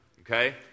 okay